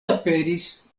aperis